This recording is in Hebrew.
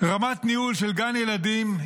רמת ניהול של גן ילדים,